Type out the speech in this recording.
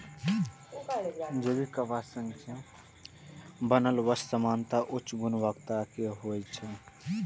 जैविक कपास सं बनल वस्त्र सामान्यतः उच्च गुणवत्ता के होइ छै